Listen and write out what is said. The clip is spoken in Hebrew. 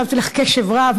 הקשבתי לך קשב רב,